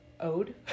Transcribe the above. owed